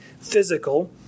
physical